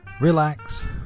relax